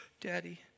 Daddy